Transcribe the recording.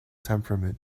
temperament